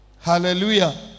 Hallelujah